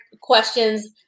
questions